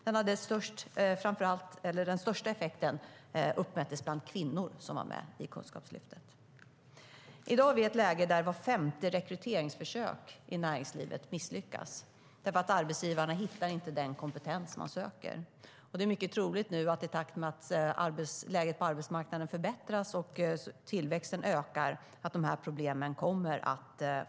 Den största effekten uppmättes bland kvinnor som var med i Kunskapslyftet.I dag har vi ett läge där vart femte rekryteringsförsök i näringslivet misslyckas därför att arbetsgivarna inte hittar den kompetens de söker. Det är mycket troligt att de här problemen kommer att fortsätta i takt med att läget på arbetsmarknaden förbättras och tillväxten ökar.